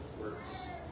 works